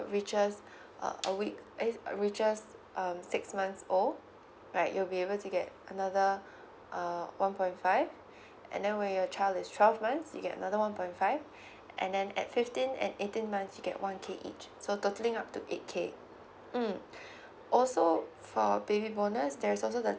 reaches uh a week eh reaches um six months old right you'll be able to get another uh one point five and then when your child is twelve months you'll get another one point five and then at fifteen and eighteen months you'll get one K each so totaling up to eight K mm also for baby bonus there is also the